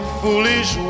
foolish